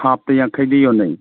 ꯍꯥꯐꯇ ꯌꯥꯡꯈꯩꯗ ꯌꯣꯟꯅꯩ